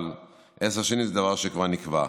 אבל עשר שנים זה דבר שכבר נקבע.